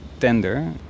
tender